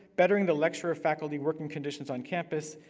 bettering the lecturer faculty working conditions on campus,